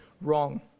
wrong